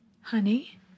Honey